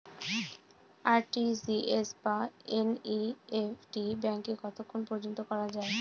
RTGS বা NEFT ব্যাংকে কতক্ষণ পর্যন্ত করা যায়?